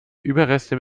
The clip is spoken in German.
überreste